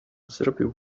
zrobił